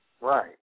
Right